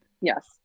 yes